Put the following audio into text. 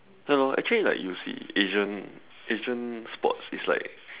ya lor actually like you see Asian Asian sports is like